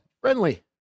friendly